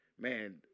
man –